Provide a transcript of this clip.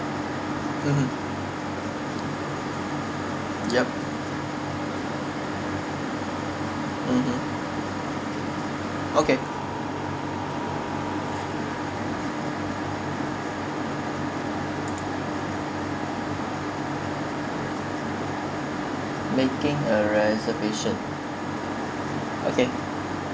mmhmm yup mmhmm okay making a reservation okay